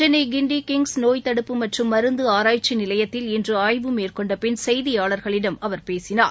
சென்னைகிண்டிகிங்ஸ் நோய் தடுப்பு மற்றும் மருந்துஆராய்ச்சிநிலையத்தில் இன்றுஆய்வு மேற்கொண்டபின் செய்தியாளர்களிடம் அவர் பேசினார்